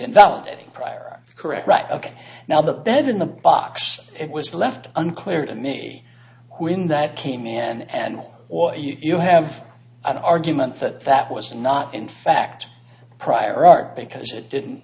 invalid correct right ok now the bed in the box it was left unclear to me when that came in and you have an argument that that was not in fact prior art because it didn't